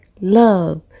love